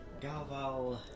Galval